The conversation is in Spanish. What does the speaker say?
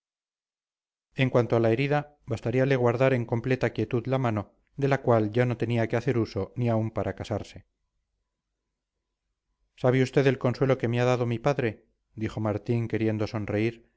en cuanto a la herida bastaríale guardar en completa quietud la mano de la cual ya no tenía que hacer uso ni aun para casarse sabe usted el consuelo que me ha dado mi padre dijo martín queriendo sonreír